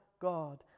God